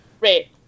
right